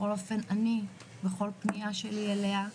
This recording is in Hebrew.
בכל אופן אני בכל פנייה שלי אליה,